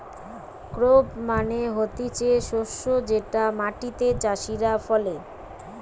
crop মানে হতিছে শস্য যেটা মাটিতে চাষীরা ফলে